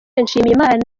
nshimiyimana